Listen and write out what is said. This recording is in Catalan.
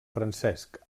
francesc